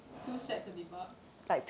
too sad to debug